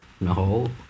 No